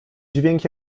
dźwięk